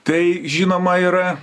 tai žinoma yra